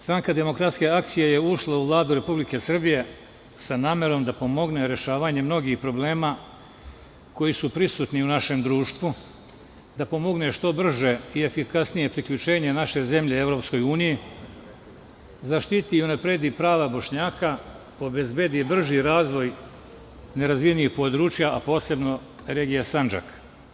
Stranka demokratske akcije je ušla u Vladu Republike Srbije sa namerom da pomogne u rešavanju mnogih problema koji su prisutni u našem društvu, da pomogne što brže i efikasnije priključenje naše zemlje EU, zaštiti i unapredi prava Bošnjaka, obezbedi brži razvoj nerazvijenih područja, a posebno regija Sandžaka.